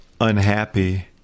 unhappy